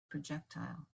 projectile